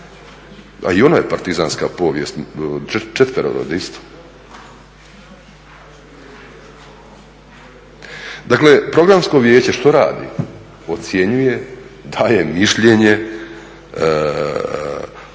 A i ono je partizanska povijest Četverored isto. Dakle, Programsko vijeće što radi? Ocjenjuje, daje mišljenje,